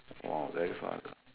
!wah! very fast hor